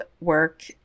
work